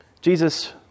Jesus